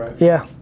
yeah.